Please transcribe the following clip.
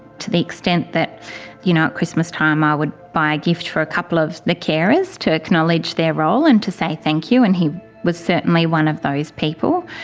to the extent that you know at christmas time i would buy a gift for a couple of the carers to acknowledge their role and to say thank you and he was certainly one of those people.